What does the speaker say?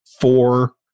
four